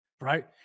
right